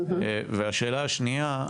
השאלה השנייה,